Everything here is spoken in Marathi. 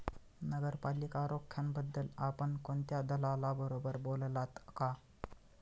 नगरपालिका रोख्यांबद्दल आपण कोणत्या दलालाबरोबर बोललात का?